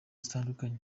zitandukanye